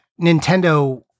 Nintendo